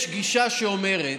יש גישה שאומרת: